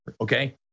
okay